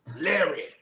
Larry